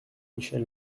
michel